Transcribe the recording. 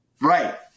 Right